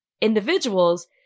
individuals